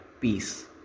Peace